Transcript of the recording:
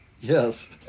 Yes